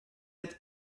être